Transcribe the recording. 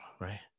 right